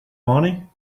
money